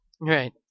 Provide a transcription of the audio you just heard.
right